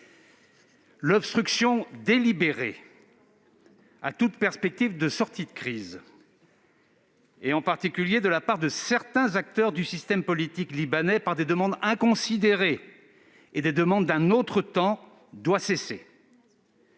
L'obstruction délibérée à toute perspective de sortie de crise, en particulier de la part de certains acteurs du système politique libanais, par des demandes inconsidérées et d'un autre temps, doit cesser